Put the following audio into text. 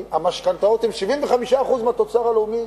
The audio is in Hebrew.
המשכנתאות הן 75% מהתוצר הלאומי.